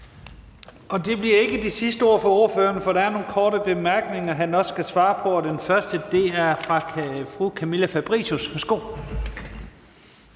Og det bliver ikke det sidste ord fra ordføreren, for der er nogle korte bemærkninger, der også skal svares på. Den første er fra fru Camilla Fabricius. Værsgo.